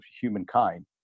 humankind